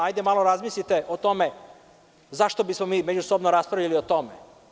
Hajde malo razmislite o tome zašto bismo mi međusobno raspravljali o tome.